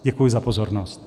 Děkuji za pozornost.